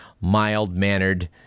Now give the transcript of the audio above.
mild-mannered